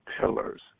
pillars